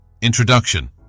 Introduction